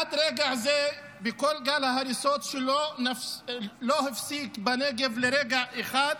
עד רגע זה בכל גל ההריסות שלא הפסיקו בנגב לרגע אחד,